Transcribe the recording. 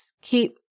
keep